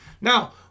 Now